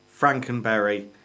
Frankenberry